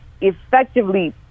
effectively